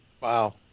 Wow